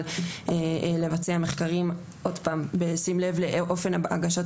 אבל לבצע מחקרים בשים לב לאופן הגשת